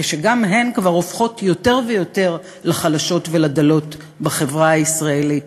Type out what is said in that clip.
כשגם הן כבר הופכות יותר ויותר לחלשות ולדלות בחברה הישראלית.